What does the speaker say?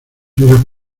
horas